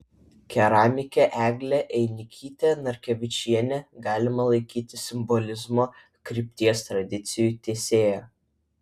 keramikę eglę einikytę narkevičienę galima laikyti simbolizmo krypties tradicijų tęsėja